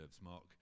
Mark